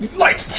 light!